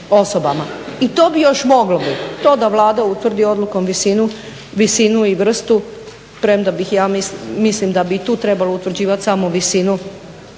i to bi još moglo biti, to da Vlada utvrdi odlukom visinu i vrstu, premda bih ja, mislim da bi i tu trebalo utvrđivati samo visinu,